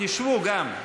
תשבו גם.